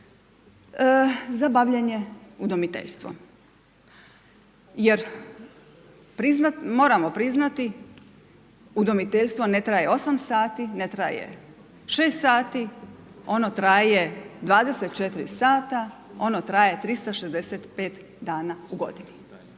za bavljenje udomiteljstvom. Jer moramo priznati udmoiteljstvo ne traje 8 sati, ne traje 6 sati ono traje 24 sata, ono traje 365 dana u godini.